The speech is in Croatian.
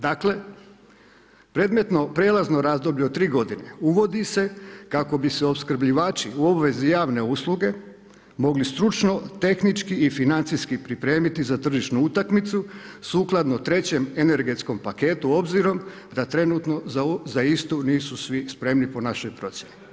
Dakle predmetno prijelazno razdoblje od tri godine uvodi se kako bi se opskrbljivači u obvezi javne usluge mogli stručno, tehnički i financijski pripremiti za tržišnu utakmicu sukladno trećem energetskom paketu obzirom da trenutno za istu nisu svi spremni po našoj procjeni.